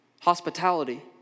hospitality